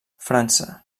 frança